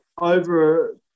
over